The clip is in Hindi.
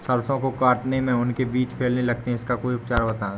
सरसो को काटने में उनके बीज फैलने लगते हैं इसका कोई उपचार बताएं?